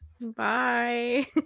bye